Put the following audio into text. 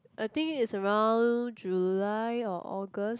I think it's around July or August